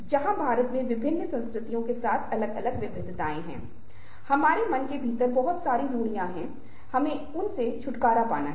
यह आपको केवल सांस्कृतिक भिन्नताओं से अवगत कराने के लिए है और मौन ठहराव की भूमिका या ठहराव की कमी इस विभिन्न संस्कृतियों में निभाती है